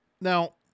Now